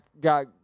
got